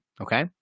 Okay